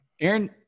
Aaron